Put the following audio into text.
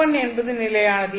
n1 என்பது நிலையானது